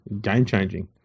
Game-changing